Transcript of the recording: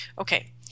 Okay